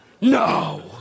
No